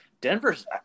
Denver's